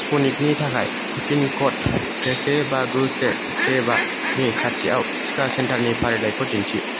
स्पुटनिकनि थाखाय pin code से बा गु से से बा नि खाथिआव टिका सेन्टारनि फारिलाइखौ दिन्थि